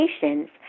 patients